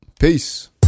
Peace